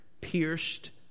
pierced